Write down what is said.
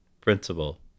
principle